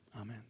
Amen